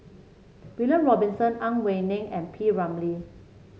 William Robinson Ang Wei Neng and P Ramlee